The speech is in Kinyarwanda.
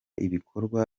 ibikorwa